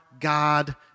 God